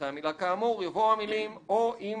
אחרי המילה "כאמור" יבואו המילים "או אם